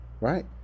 right